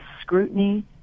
scrutiny